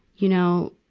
you know,